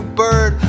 bird